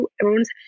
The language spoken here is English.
everyone's